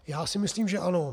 Já si myslím, že ano.